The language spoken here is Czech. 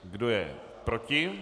Kdo je proti?